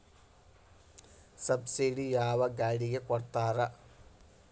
Subsidy ಯಾವ ಗಾಡಿಗೆ ಕೊಡ್ತಾರ?